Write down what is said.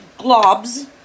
globs